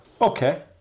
Okay